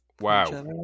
Wow